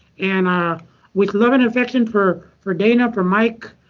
and ah with love and affection for for dana, for mike,